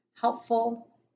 Helpful